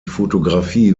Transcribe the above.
fotografie